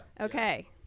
Okay